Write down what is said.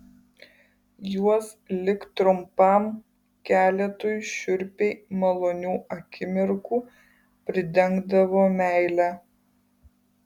juos lik trumpam keletui šiurpiai malonių akimirkų pridengdavo meile